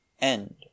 End